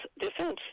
defense